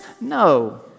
no